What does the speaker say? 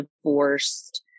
divorced